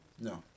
No